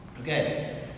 Okay